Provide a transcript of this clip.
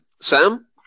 Sam